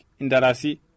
indarasi